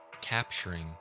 capturing